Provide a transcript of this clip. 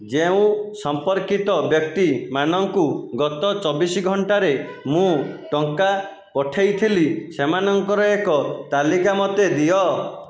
ଯେଉଁ ସମ୍ପର୍କିତ ବ୍ୟକ୍ତିମାନଙ୍କୁ ଗତ ଚବିଶ ଘଣ୍ଟାରେ ମୁଁ ଟଙ୍କା ପଠେଇଥିଲି ସେମାନଙ୍କର ଏକ ତାଲିକା ମୋତେ ଦିଅ